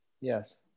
Yes